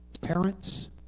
parents